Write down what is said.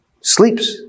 Sleeps